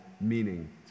meaning